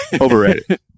overrated